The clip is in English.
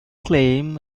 claim